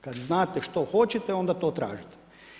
Kad znate što hoćete onda to tražite.